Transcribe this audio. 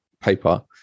paper